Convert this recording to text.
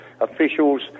officials